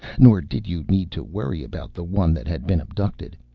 nor did you need to worry about the one that had been abducted.